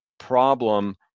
problem